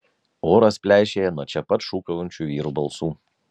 oras pleišėja nuo čia pat šūkaujančių vyrų balsų